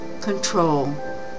control